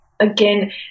Again